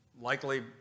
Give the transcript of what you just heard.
likely